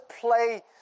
play